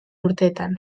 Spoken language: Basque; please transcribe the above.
urteetan